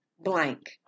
blank